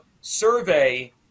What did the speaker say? survey